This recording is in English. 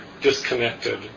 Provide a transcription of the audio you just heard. disconnected